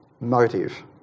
motive